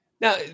Now